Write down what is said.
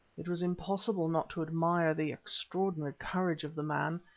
it was impossible not to admire the extraordinary courage of the man,